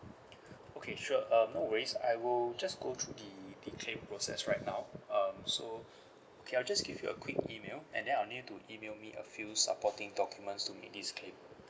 okay sure um no worries I will just go to the the claim process right now um so okay I'll just give you a quick email and then I'll need you to email me a few supporting documents to make this claim